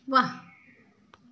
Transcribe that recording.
ৱাহ